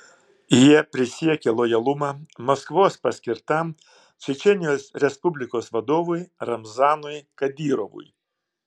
jie prisiekė lojalumą maskvos paskirtam čečėnijos respublikos vadovui ramzanui kadyrovui